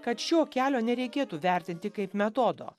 kad šio kelio nereikėtų vertinti kaip metodo